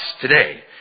today